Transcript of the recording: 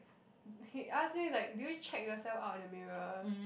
he ask me like do you check yourself out in the mirror